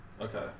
Okay